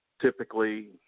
typically